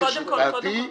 אני אגבש את דעתי,